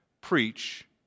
preach